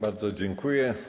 Bardzo dziękuję.